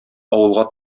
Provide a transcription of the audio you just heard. авылга